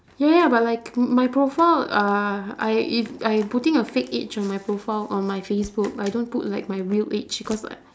ya ya but like my profile uh I I putting a fake age on my profile on my facebook I don't put like my real age because like